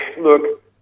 Look